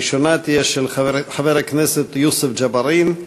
הראשונה תהיה של חבר הכנסת יוסף ג'בארין,